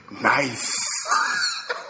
Nice